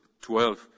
12